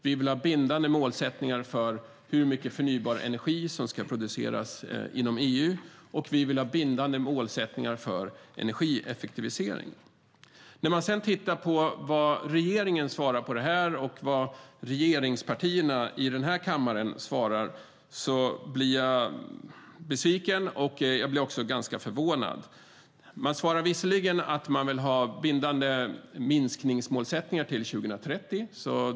Vi vill ha bindande mål för hur mycket förnybar energi som ska produceras inom EU, och vi vill ha bindande mål för energieffektivisering. När det gäller hur regeringen och regeringspartiernas representanter i kammaren svarar på detta blir jag besviken. Jag blir också ganska förvånad. Man svarar visserligen att man vill ha bindande mål för utsläppsminskningar till 2030.